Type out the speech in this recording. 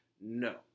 No